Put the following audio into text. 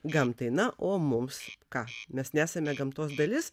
gamtai na o mums ką mes nesame gamtos dalis